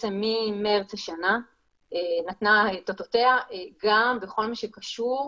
ממרס השנה נתנה את אותותיה גם בכל מה שקשור